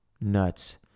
Nuts